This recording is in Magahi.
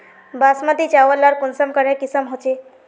बासमती चावल लार कुंसम करे किसम होचए?